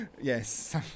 Yes